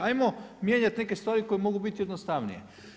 Ajmo mijenjati neke stvari koje mogu biti jednostavnije.